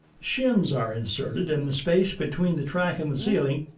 shims are inserted in the space between the track and the ceiling